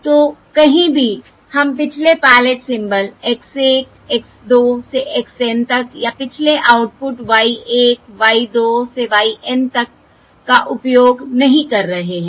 तो कहीं भी हम पिछले पायलट सिंबल्स x 1 x 2 से x N तक या पिछले आउटपुट y 1 y 2 से y N तक का उपयोग नहीं कर रहे हैं